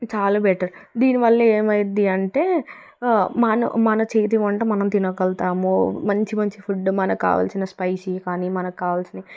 చాలా బెటర్ దీనివల్ల ఏమైద్ది అంటే మనం మన చేతి వంట మనం తినగలతాము మంచి మంచి ఫుడ్ మనకు కావలసిన స్పైసీ కాని మనకు కావలసిన